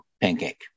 pancake